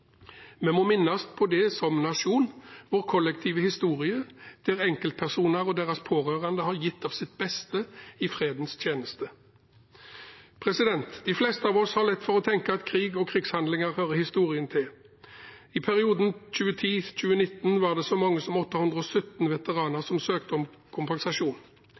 Vi må minnes på det som nasjon, vår kollektive historie der enkeltpersoner og deres pårørende har gitt av sitt beste i fredens tjeneste. De fleste av oss har lett for å tenke at krig og krigshandlinger hører historien til. I perioden 2010–2019 var det så mange som 817 veteraner som søkte om kompensasjon.